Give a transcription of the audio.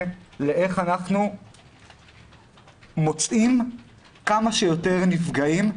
לאיך אנחנו מוצאים כמה שיותר נפגעים,